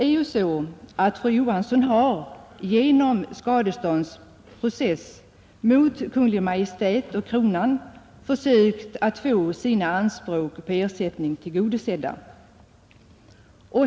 Fru Johansson har genom skadeståndsprocess mot Kungl. Maj:t och Kronan försökt att få sina anspråk på ersättning tillgodosedda.